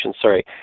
sorry